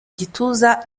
gituza